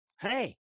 Hey